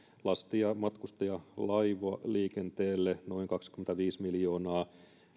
lasti ja matkustajalaivaliikenteelle noin kaksikymmentäviisi miljoonaa